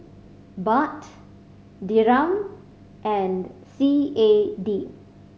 Baht Dirham and C A D